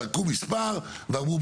כאילו זרקו מספר ואמרו,